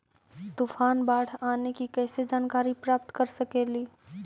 तूफान, बाढ़ आने की कैसे जानकारी प्राप्त कर सकेली?